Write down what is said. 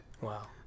Wow